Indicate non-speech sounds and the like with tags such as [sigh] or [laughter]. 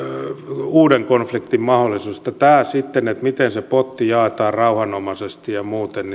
uuden konfliktin mahdollisuus se miten se potti jaetaan rauhanomaisesti ja muuten [unintelligible]